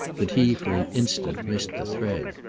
that he for an instant missed the thread.